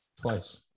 twice